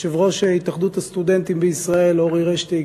יושב-ראש התאחדות הסטודנטים בישראל אורי רשטיק,